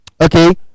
okay